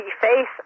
face